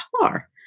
car